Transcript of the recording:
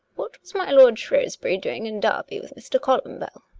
what was my lord shrewsbury doing in derby with mr. columbell?